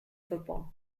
football